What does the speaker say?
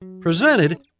presented